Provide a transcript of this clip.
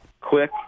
Quick